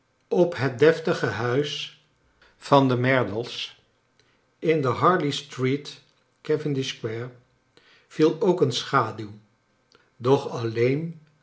op het deftige huis van de merdles in de harley street cavendish s uare viel ook een schaduw doch alleen